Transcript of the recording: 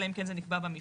אלא אם כן זה נקבע במפרט.